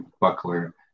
buckler